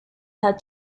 had